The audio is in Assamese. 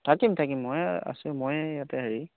থাকিম থাকিম মই আছোঁ মই ইয়াতে হেৰি